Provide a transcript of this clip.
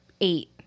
eight